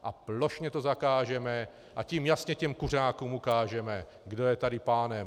A plošně to zakážeme a tím jasně kuřákům ukážeme, kdo je tady pánem.